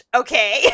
okay